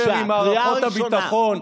קריאה ראשונה.